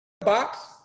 box